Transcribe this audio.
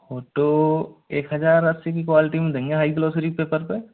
वो तो एक हज़ार अस्सी की क्वालिटी में नहीं आएगी ग्लॉसरी पेपर पे